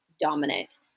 dominant